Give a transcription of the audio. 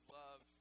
love